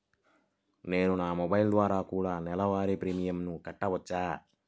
నేను నా మొబైల్ ద్వారా కూడ నెల వారి ప్రీమియంను కట్టావచ్చా?